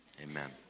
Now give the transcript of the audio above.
amen